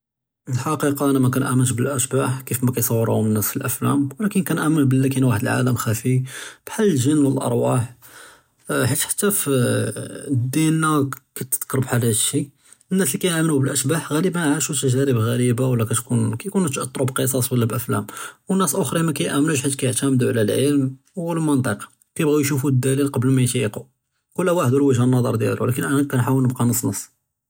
אֶלְחַקִיקָה אֲנַא מְנְאַמְּנֵש בְּלַאשְבַּח לִי כַּייוֹרוֹהְלְנָא פִי אֶלְאַפְלָאם וְלָקִין כַּאנְאַמְּנ בְּלִי קַאִין וַחַד עָלָם חַפִי כַּלְגִּ'ין וְאֶלְאַרוּח, חִיַת זְּתִּי פִי דִינָא כַּיִתְדַכַּר בְּחַל אֶלְהַדְּשִי, נָּאס לִי כַּאנְיוּ מְנַאֲמִין בְּלַאשְבַּח גַּלְבַּאן כּּוֹנוּ עָאשׁוּ תַגָּרִיב עְ'רִיבָה וְלָא כִּיתְכּוּן כַּיִכּוֹנוּ תַעַתְרוּ בִּקְּסַאס וְאֶפְלָאם, וְאֶלְנָּאס לְאַחֲרִין מַיְאָמְּנּוּש חִיַת כַּיִעְתַמְדּוּ עַלַא אֶלְעֶלְם וְאֶלְמָנְטִיק, כַּיִבְּחוּ יְשׁוּפוּ אֶלְדַּלִיל קְבֵּל מַא יְתַיְּקוּ, כֻּּל וַחַד וְאֶלְוַגְהּ דֶּה נְظַר דִּיַאלו, וְלָקִין אֲנַא כַּאנְחَاوֶּל נִבְקִי נְص נְص.